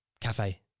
Cafe